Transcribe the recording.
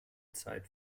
zeit